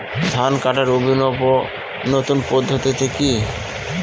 ধান কাটার অভিনব নতুন পদ্ধতিটি কি?